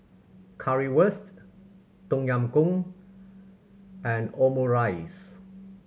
Currywurst Tom Yam Goong and Omurice